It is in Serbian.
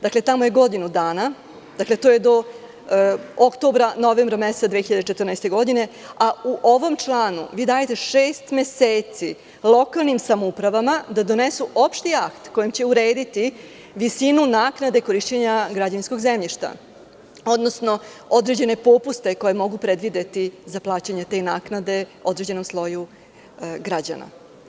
Dakle tamo je godinu dana, to je do oktobra, novembra meseca 2014. godine, a u ovom članu vi dajete šest meseci lokalnim samoupravama da donesu opšti akti kojim će urediti visini naknade korišćenja građevinskog zemljišta, odnosno određene popuste koje mogu predvideti za plaćanje te naknade određenom sloju građana.